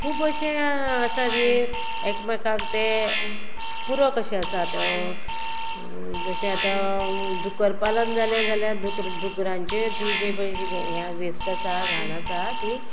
खूब अशें आसा जी एकमेकाक तें पुरक अशे आसात जशे आतां दुकर पालन जाले जाल्यार दुकरांचे ती जे वेस्ट आसा घाण आसा ती